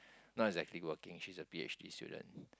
not exactly working she's a p_h_d student